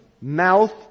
mouth